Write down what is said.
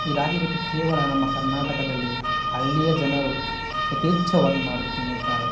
ಈ ರಾಗಿ ರೊಟ್ಟಿ ಕೇವಲ ನಮ್ಮ ಕರ್ನಾಟಕದಲ್ಲಿ ಹಳ್ಳಿಯ ಜನರು ಯಥೇಚ್ಛವಾಗಿ ಮಾಡಿ ತಿನ್ನುತ್ತಾರೆ